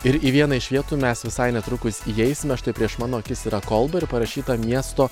ir į vieną iš vietų mes visai netrukus įeisime štai prieš mano akis yra kolba ir parašyta miesto